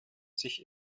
sich